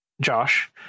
Josh